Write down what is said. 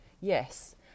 Yes